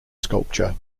sculpture